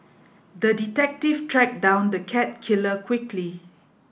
the detective tracked down the cat killer quickly